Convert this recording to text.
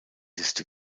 liste